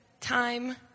time